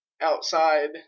outside